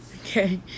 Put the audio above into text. okay